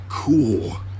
Cool